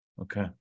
Okay